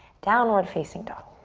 downward facing dog.